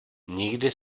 nikdy